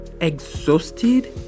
exhausted